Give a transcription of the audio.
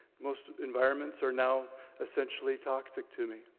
most environments are now essentially toxic to me.